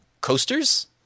coasters